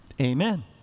Amen